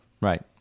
Right